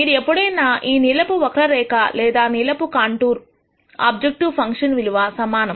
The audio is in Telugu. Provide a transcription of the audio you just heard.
మీరు ఎప్పుడైనా ఈ నీలపు వక్రరేఖ లేదా నీలపు కాంటూర్ఆబ్జెక్టివ్ ఫంక్షన్ విలువ సమానం